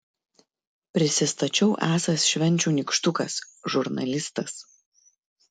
prisistačiau esąs švenčių nykštukas žurnalistas